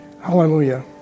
Hallelujah